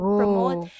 promote